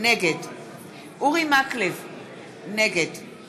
לפני כמה חודשים